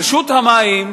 רשות המים,